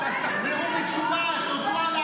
החיילים מתביישים בכם.